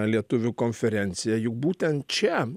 lietuvių konferencija juk būtent čia